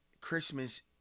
Christmas